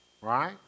Right